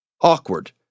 Awkward